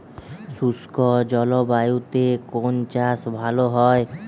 শুষ্ক জলবায়ুতে কোন চাষ ভালো হয়?